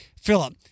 Philip